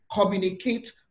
communicate